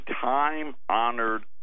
time-honored